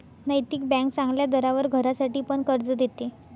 नैतिक बँक चांगल्या दरावर घरासाठी पण कर्ज देते